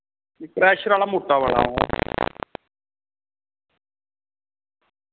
crasher आह्ला मुट्टा बड़ा